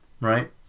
right